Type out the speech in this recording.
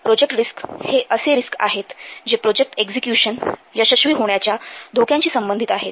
project risks हे असे risks आहेत जे प्रोजेक्ट एक्झिक्युशन यशस्वी होण्याच्या धोक्यांशी संबंधित आहेत